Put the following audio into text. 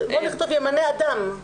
נכתוב "ימנה אדם",